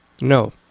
No